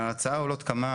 מההצעה עולות כמה